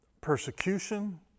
persecution